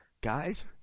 Guys